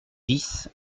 dix